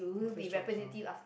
office jobs are